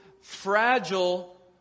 fragile